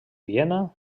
viena